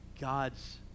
God's